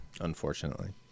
unfortunately